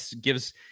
gives